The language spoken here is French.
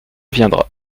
viendra